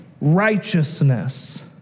righteousness